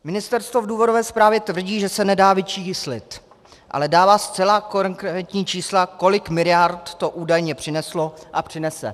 Ministerstvo v důvodové zprávě tvrdí, že se nedá vyčíslit, ale dává zcela konkrétní čísla, kolik miliard to údajně přineslo a přinese.